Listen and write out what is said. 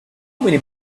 many